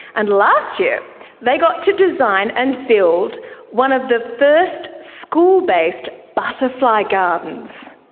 and last year they got to design and build one of the first school-based butterfly gardens.